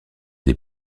des